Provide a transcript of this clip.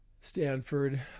Stanford